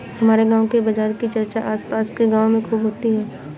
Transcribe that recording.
हमारे गांव के बाजार की चर्चा आस पास के गावों में खूब होती हैं